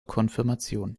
konfirmation